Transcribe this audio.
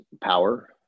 power